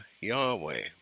Yahweh